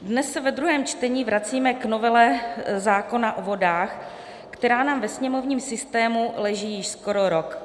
Dnes se ve druhém čtení vracíme k novele zákona o vodách, která nám ve sněmovním systému leží již skoro rok.